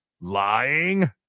lying